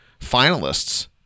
finalists